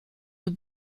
have